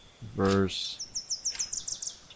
Verse